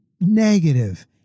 negative